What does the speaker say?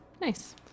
Nice